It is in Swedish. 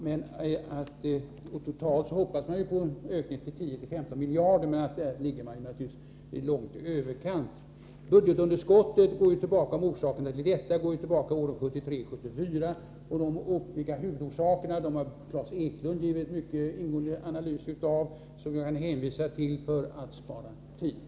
Man hoppas ju på en ökning av sparandet till totalt 10 å 15 miljarder, men det är naturligtvis mycket i överkant. Orsakerna till budgetunderskottet går tillbaka till åren 1973-1974. Klas Eklund har gjort mycket ingående analyser av huvudorsakerna, som jag kan hänvisa till för att spara tid.